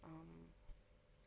um